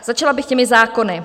Začala bych těmi zákony.